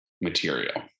material